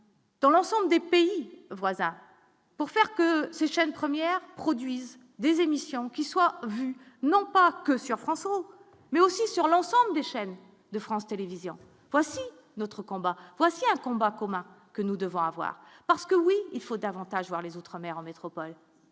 dans l'ensemble des pays voisins pour faire que ces chaînes premières produisent des émissions qui soient vus, non pas que sur France O mais aussi sur l'ensemble des chaînes de France Télévisions, voici notre combat, voici un combat commun que nous devons avoir, parce que oui, il faut davantage vers les autres maires en métropole,